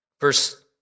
Verse